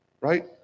right